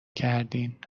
کردین